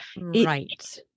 right